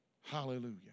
Hallelujah